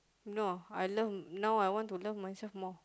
no I love now I want to love myself more